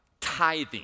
tithing